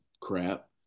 crap